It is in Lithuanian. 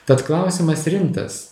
tad klausimas rimtas